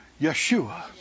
Yeshua